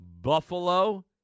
Buffalo